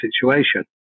situation